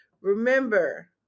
remember